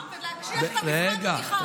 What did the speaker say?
נכון, ולהקשיח את מבחן התמיכה.